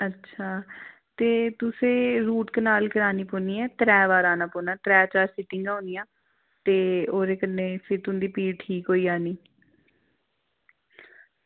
ते तुसें root canal कराना पौनी ऐ ते त्रैऽ बार औना पौना ऐ त्रैऽ चार बारी छुट्टियां होनियां ते ओह्दे कन्नै भी तुंदी पीड़ ठीक होई जानी